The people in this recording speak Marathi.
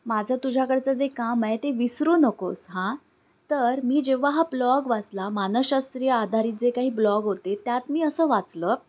माझं तुझ्याकडचं जे काम आहे ते विसरू नकोस हां तर मी जेव्हा हा ब्लॉग वाचला मानसशास्त्रीय आधारित जे काही ब्लॉग होते त्यात मी असं वाचलं